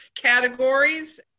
categories